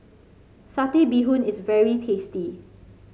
Satay Bee Hoon is very tasty